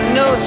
no